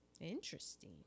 interesting